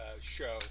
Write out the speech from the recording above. show